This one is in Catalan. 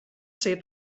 ser